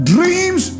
Dreams